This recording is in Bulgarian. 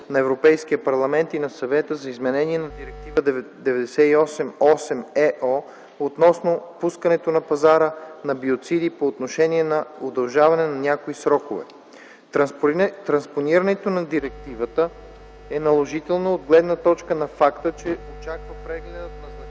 на Европейския парламент и на Съвета за изменение на Директива 98/8/ЕО относно пускането на пазара на биоциди по отношение на удължаване на някои срокове. Транспонирането на директивата е наложително от гледна точка на факта, че се очаква прегледът на значителен